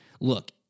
look